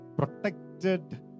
protected